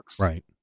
right